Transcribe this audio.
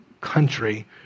country